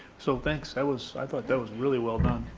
so thanks, that was like that was really well done.